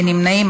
אין נמנעים,